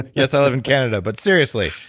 yes, i live in canada, but seriously!